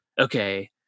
okay